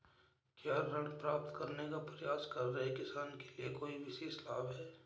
क्या ऋण प्राप्त करने का प्रयास कर रहे किसानों के लिए कोई विशेष लाभ हैं?